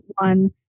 one